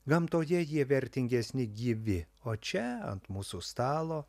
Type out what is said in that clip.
gamtoje jie vertingesni gyvi o čia ant mūsų stalo